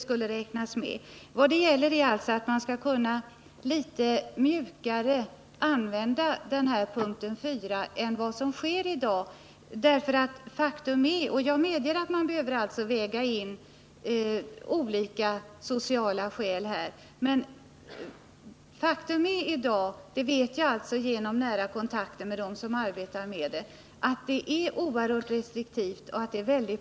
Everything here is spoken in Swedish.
Vad det gäller är att man skall kunna använda punkten 4 litet mjukare än i dag. Jag medger att man behöver väga in olika sociala skäl här, men faktum är — det vet jag genom nära kontakter med dem som arbetar med detta — att bestämmelsen tillämpas oerhört restriktivt i dag.